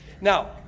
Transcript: Now